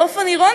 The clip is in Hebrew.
באופן אירוני,